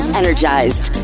energized